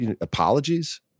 apologies